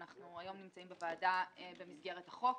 אנחנו נמצאים היום בוועדה במסגרת החוק.